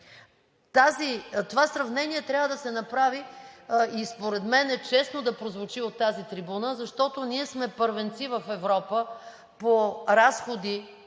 Това сравнение трябва да се направи и според мен е честно да прозвучи от тази трибуна, защото ние сме първенци в Европа по разходи